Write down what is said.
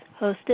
hosted